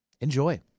Enjoy